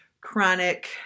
chronic